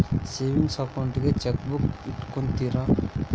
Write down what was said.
savings ಅಕೌಂಟಿಗೂ chequebook ಇಟ್ಟ್ಕೊತ್ತರ